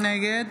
נגד